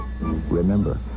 Remember